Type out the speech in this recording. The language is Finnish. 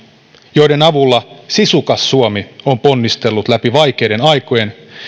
joiden avulla sisukas suomi on ponnistellut läpi vaikeiden aikojen